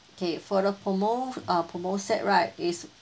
okay for the promo uh promo set right is